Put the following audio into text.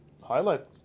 highlight